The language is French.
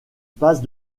passe